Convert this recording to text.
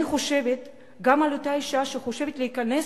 ואני חושבת גם על אותה אשה שחושבת להיכנס